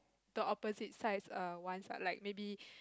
the opposite side are once are like may be